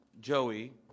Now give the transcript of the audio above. Joey